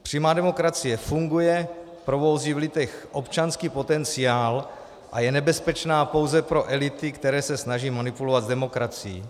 Přímá demokracie funguje, probouzí v lidech občanský potenciál a je nebezpečná pouze pro elity, které se snaží manipulovat s demokracií.